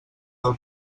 del